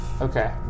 Okay